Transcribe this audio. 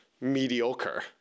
mediocre